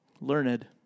Learned